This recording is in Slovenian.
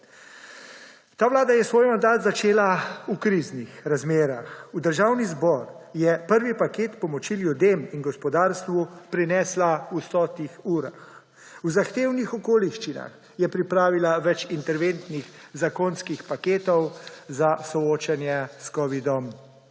Ta vlada je svoj mandat začela v kriznih razmerah. V Državni zbor je prvi paket pomoči ljudem in gospodarstvu prinesla v stotih urah. V zahtevnih okoliščinah je pripravila več interventnih zakonskih paketov za soočanje s covidom-19.